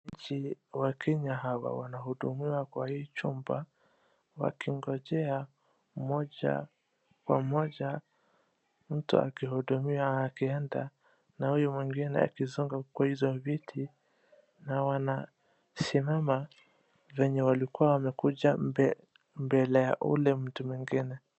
Wakenya hawa wanahudumia kwa hii chumba wakingojea moja kwa moja mtu akihudumiwa akienda na huyu mwingine akisonga kwa hizo viti na wanasimama venye walikua wamekuja mbele ya ule mtu mwingine .